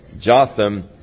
Jotham